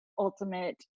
Ultimate